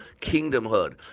kingdomhood